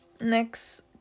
Next